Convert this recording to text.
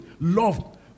love